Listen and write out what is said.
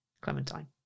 clementine